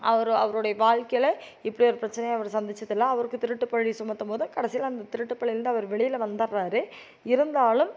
அவரு அவருடைய வாழ்க்கைல இப்படி ஒரு பிரச்சனையை அவரு சந்திச்சதில்ல அவருக்கு திருட்டுப்பழி சுமத்தும் போது கடைசியில் அந்த திருட்டுப்பழிலேருந்து அவர் வெளியில் வந்துட்றாரு இருந்தாலும்